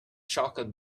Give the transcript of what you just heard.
chocolate